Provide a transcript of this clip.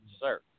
sir